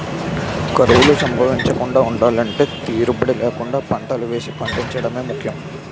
కరువులు సంభవించకుండా ఉండలంటే తీరుబడీ లేకుండా పంటలు వేసి పండించడమే ముఖ్యం